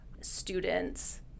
students